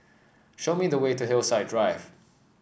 show me the way to Hillside Drive